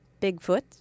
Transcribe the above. Bigfoot